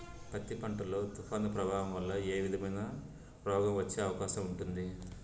పత్తి పంట లో, తుఫాను ప్రభావం వల్ల ఏ విధమైన రోగం వచ్చే అవకాశం ఉంటుంది?